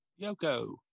Yoko